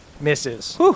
misses